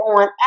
on